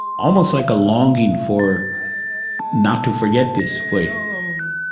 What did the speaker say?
almost like a longing for not to forget this way um